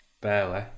Barely